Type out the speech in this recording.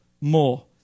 More